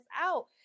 out